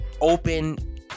open